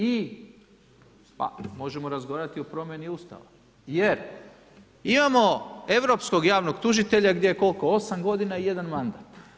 I pa možemo razgovarati i o promjeni Ustava jer imamo europskog javnog tužitelja gdje je, koliko, 8 g. je jedan mandat.